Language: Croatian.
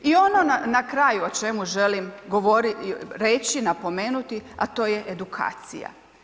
I ono na kraju o čemu želim govoriti, reći, napomenuti, a to je edukacija.